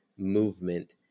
movement